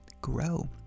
grow